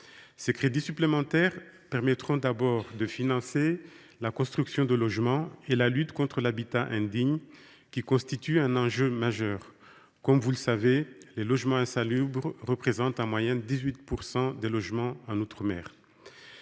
Ces crédits supplémentaires permettront, tout d’abord, de financer la construction de logements et la lutte contre l’habitat indigne, qui constituent un enjeu majeur. Vous le savez, les logements insalubres représentent en moyenne 18 % des logements en outre mer.